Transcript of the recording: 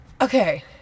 Okay